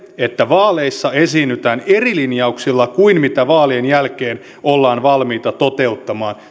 että vaaleissa esiinnytään eri linjauksilla kuin mitä vaalien jälkeen ollaan valmiita toteuttamaan